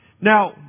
Now